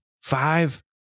five